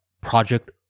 project